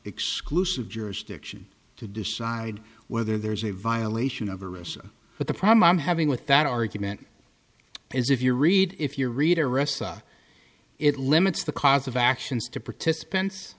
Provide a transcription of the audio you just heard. exclusive jurisdiction to decide whether there's a violation of a recess but the problem i'm having with that argument is if you read if your reader refs it limits the cause of actions to participants